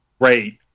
great